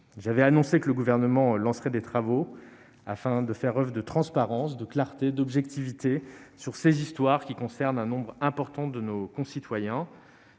J'ai annoncé que le Gouvernement lancerait des travaux afin de faire oeuvre de transparence, de clarté et d'objectivité sur ces histoires, qui concernent un nombre important de nos concitoyens.